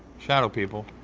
shadow people?